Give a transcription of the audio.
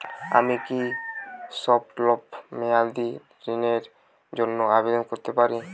আমি কি স্বল্প মেয়াদি ঋণের জন্যে আবেদন করতে পারি?